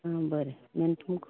आं बरें आनी तुमकां